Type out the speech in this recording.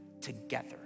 together